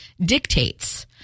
dictates